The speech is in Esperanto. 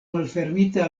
malfermita